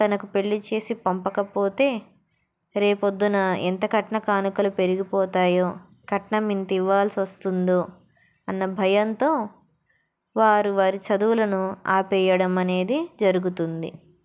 తనకు పెళ్ళి చేసి పంపకపోతే రేపొద్దున్న ఎంత కట్న కానుకలు పెరిగిపోతాయో కట్నం ఎంతివ్వాల్సి వస్తుందో అన్న భయంతో వారు వారి చదువులను ఆపేయడం అనేది జరుగుతుంది